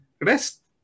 Rest